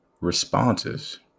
responses